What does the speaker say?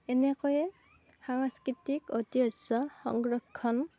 এনেকৈয়ে সাংস্কৃতিক ঐতিহ্য সংৰক্ষণ